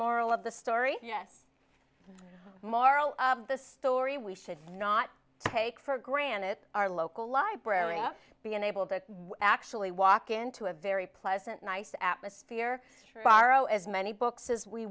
moral of the story yes moral of the story we should not take for granted our local library of being able to actually walk into a very pleasant nice atmosphere and borrow as many books as we